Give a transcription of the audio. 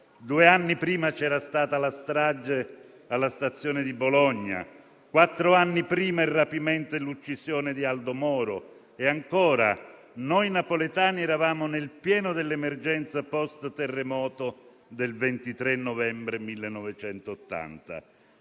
Due anni prima c'era stata la strage alla stazione di Bologna, quattro anni prima il rapimento e l'uccisione di Aldo Moro e - ancora - noi napoletani eravamo nel pieno dell'emergenza post-terremoto del 23 novembre 1980.